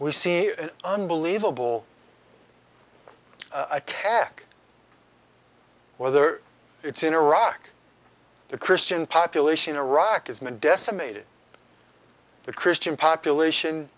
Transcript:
we see unbelievable attack whether it's in iraq the christian population iraq is been decimated the christian population